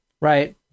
Right